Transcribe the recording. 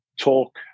talk